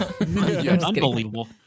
unbelievable